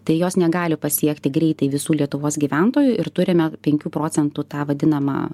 tai jos negali pasiekti greitai visų lietuvos gyventojų ir turime penkių procentų tą vadinamą